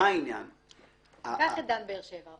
קח את דן באר-שבע.